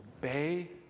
obey